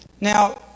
Now